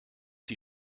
die